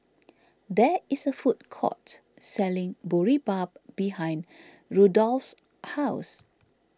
there is a food court selling Boribap behind Rudolph's house